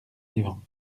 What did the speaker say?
vivants